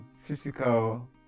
physical